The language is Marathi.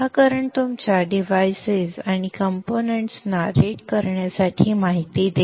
हा करंट तुमच्या डिव्हाइसेस आणि कंपोनेंट्स ना रेट करण्यासाठी माहिती देईल